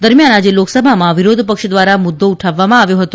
દરમિયાન આજે લોકસભામાં વિરોધપક્ષ દ્વારા મુદ્દો ઉઠાવવામાં આવ્યો હતો